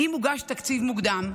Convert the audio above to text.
אם הוגש תקציב מוקדם,